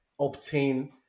obtain